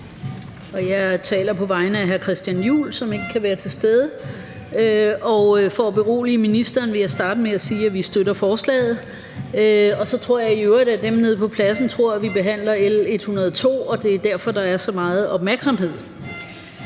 Jeg taler på vegne af hr. Christian Juhl, som ikke kan være til stede, og for at berolige ministeren vil jeg starte med at sige, at vi støtter forslaget. Og så tror jeg i øvrigt, at dem nede på pladsen tror, at vi behandler L 102, og at det er derfor, der er så meget opmærksomhed.